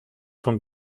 von